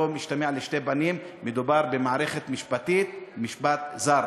לא משתמע לשתי פנים: מדובר במערכת משפטית של משפט זר.